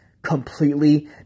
Completely